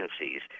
agencies